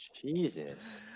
Jesus